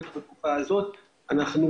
אנחנו בייעוץ המשפטי לממשלה גם המשנים